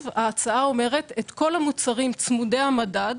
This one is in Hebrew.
ההצעה אומרת: את כל המוצרים צמודי המדד,